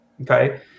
Okay